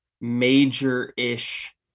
major-ish